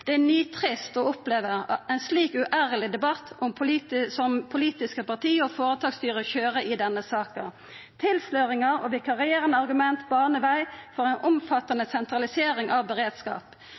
Det er nitrist å oppleva ein slik uærleg debatt som politiske parti og føretaksstyre køyrer i denne saka. Tilsløringar og vikarierande argument banar veg for ein omfattande sentralisering av